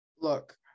Look